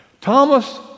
Thomas